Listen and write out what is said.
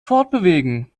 fortbewegen